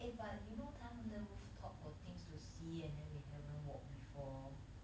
eh but you know 他们的 rooftop got things to see and then we haven't walk before